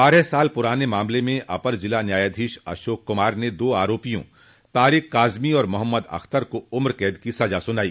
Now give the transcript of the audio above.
बारह साल प्राने इस मामले में अपर जिला न्यायाधीश अशोक कुमार ने दो आरोपियों तारिक काजमी और मोहम्मद अख्तर को उम्रकैद की सजा सुनाई